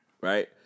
right